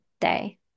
day